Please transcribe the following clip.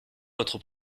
votre